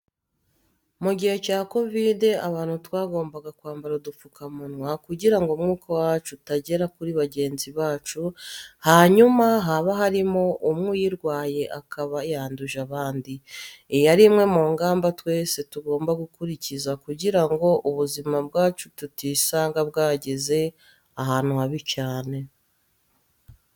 Mu gihe cya kovidi abantu twagombaga kwambara udupfukamunwa kugira ngo umwuka wacu utagera kuri bagenzi bacu hanyuma haba harimo umwe uyirwaye akaba yanduje abandi. Iyi yari imwe mu ngamba twese tugomba gukurikiza kugira ngo ubuzima bwacu tutisanga bwageze ahantu habi cyane.